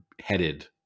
headed